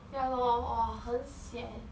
ya lor !wah! 很 sian